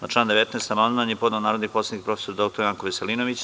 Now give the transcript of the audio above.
Na član 19. amandman je podneo narodni poslanik prof. dr Janko Veselinović.